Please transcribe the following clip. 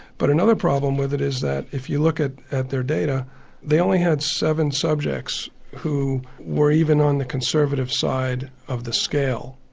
but another problem with it is that if you look at at their data they only had seven subjects who were even on the conservative side of the scale.